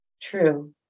True